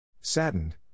Saddened